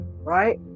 right